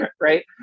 Right